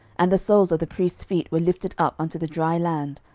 and the soles of the priests' feet were lifted up unto the dry land,